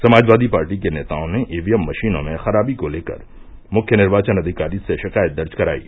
समाजवादी पार्टी के नेताओं ने ईवीएम मशीनों में खराबी को लेकर मुख्य निर्वाचन अधिकारी से शिकायत दर्ज करायी